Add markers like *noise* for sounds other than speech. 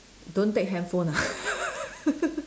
don't take handphone ah *laughs*